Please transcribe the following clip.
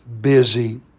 busy